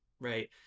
right